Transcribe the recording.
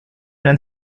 dan